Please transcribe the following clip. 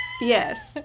Yes